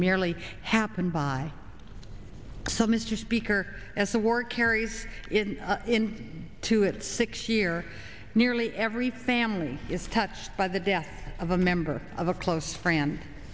merely happen by so mr speaker as a war carries in to its six year nearly every family is touched by the death of a member of a close friend